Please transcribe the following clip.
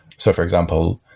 so for example,